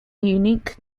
unique